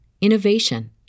innovation